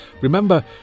Remember